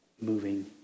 moving